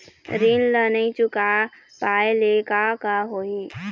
ऋण ला नई चुका पाय ले का होही?